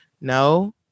No